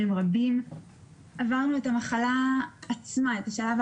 מעבר לנזקים הפיזיים הם הנזקים